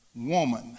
woman